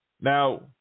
Now